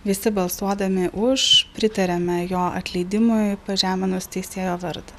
visi balsuodami už pritariame jo atleidimui pažeminus teisėjo vardą